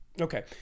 Okay